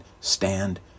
stand